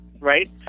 right